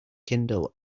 kindle